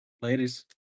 Ladies